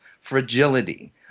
fragility